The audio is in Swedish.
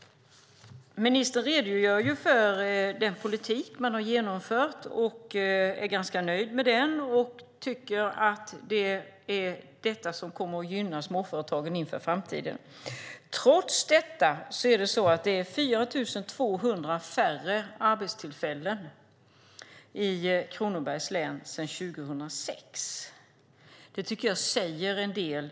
Ministern redogör för den politik man genomfört. Hon är ganska nöjd med den och anser att det är detta som kommer att gynna småföretagen inför framtiden. Trots detta finns det nu 4 200 färre arbetstillfällen i Kronobergs län än 2006. Det tycker jag säger en del.